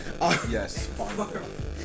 Yes